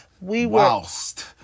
Whilst